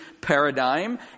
paradigm